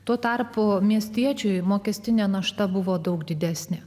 tuo tarpu miestiečiui mokestinė našta buvo daug didesnė